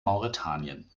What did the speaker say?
mauretanien